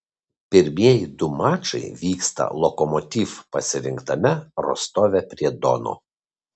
pirmieji du mačai vyksta lokomotiv pasirinktame rostove prie dono